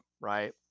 right